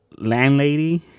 landlady